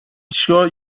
sure